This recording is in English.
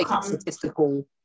statistical